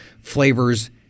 flavors